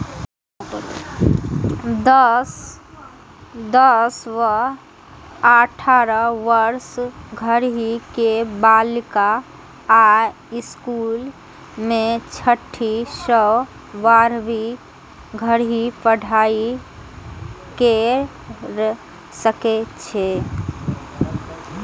दस सं अठारह वर्ष धरि के बालिका अय स्कूल मे छठी सं बारहवीं धरि पढ़ाइ कैर सकै छै